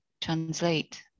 translate